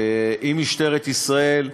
עם משטרת ישראל,